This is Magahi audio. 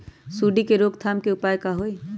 सूंडी के रोक थाम के उपाय का होई?